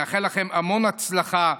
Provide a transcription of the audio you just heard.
נאחל לכם המון הצלחה.